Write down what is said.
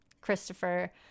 Christopher